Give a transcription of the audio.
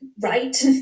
right